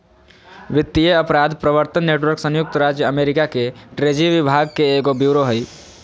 वित्तीय अपराध प्रवर्तन नेटवर्क संयुक्त राज्य अमेरिका के ट्रेजरी विभाग के एगो ब्यूरो हइ